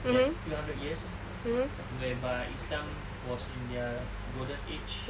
that few hundred years whereby islam was in their golden age